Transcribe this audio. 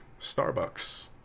Starbucks